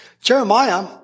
Jeremiah